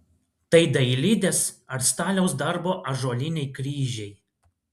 tai dailidės ar staliaus darbo ąžuoliniai kryžiai